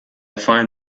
find